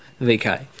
VK